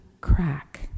crack